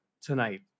tonight